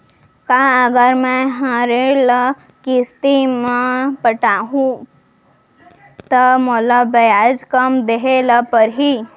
का अगर मैं हा ऋण ल किस्ती म पटाहूँ त मोला ब्याज कम देहे ल परही?